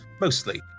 Mostly